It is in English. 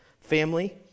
family